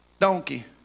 donkey